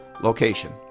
location